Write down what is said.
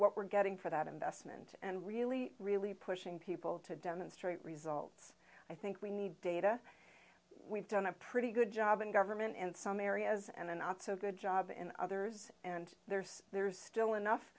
what we're getting for that investment and really really pushing people to demonstrate results i think we need data we've done a pretty good job in government in some areas and a not so good job in others and there's there's still enough